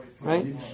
right